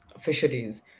fisheries